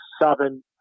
Southern